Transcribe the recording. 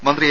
മന്ത്രി എ